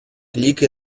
ліки